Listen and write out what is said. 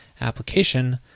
application